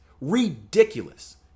ridiculous